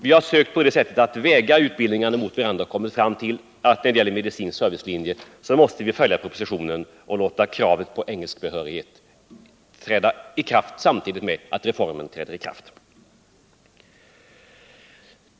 Vi har på detta sätt försökt väga utbildningarna mot varandra och kommit fram till att när det gäller medicinsk servicelinje måste vi följa propositionen och låta kravet på kunskaper i engelska träda i kraft samtidigt med att reformen träder i kraft.